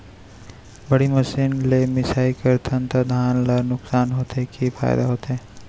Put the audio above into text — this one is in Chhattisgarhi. बड़ी मशीन ले मिसाई करथन त धान ल नुकसान होथे की फायदा होथे?